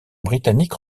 britannique